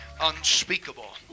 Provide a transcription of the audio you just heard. unspeakable